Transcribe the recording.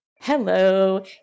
Hello